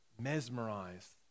mesmerized